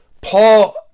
Paul